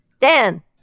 Dan